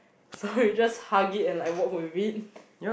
so we just hug it and like walk with it